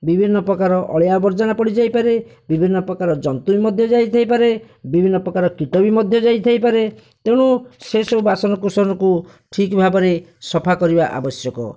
ବିଭିନ୍ନ ପ୍ରକାର ଅଳିଆ ଆବର୍ଜନା ପଡ଼ି ଯାଇପାରେ ବିଭିନ୍ନ ପ୍ରକାର ଜନ୍ତୁ ବି ମଧ୍ୟ ଯାଇଥାଇ ପାରେ ବିଭିନ୍ନ ପ୍ରକାର କିଟ ବି ମଧ୍ୟ ଯାଇଥାଇ ପାରେ ତେଣୁ ସେସବୁ ବାସନ କୁସନକୁ ଠିକ୍ ଭାବରେ ସଫା କରିବା ଆବଶ୍ୟକ